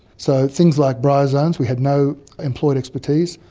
so things like bryozoans, we had no employed expertise.